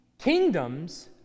kingdoms